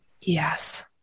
Yes